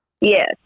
yes